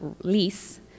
lease